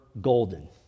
golden